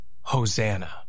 Hosanna